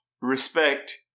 respect